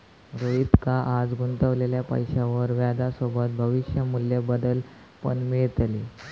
रोहितका आज गुंतवलेल्या पैशावर व्याजसोबत भविष्य मू्ल्य बदल पण मिळतले